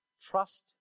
trust